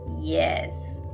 Yes